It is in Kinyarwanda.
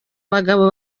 bagabo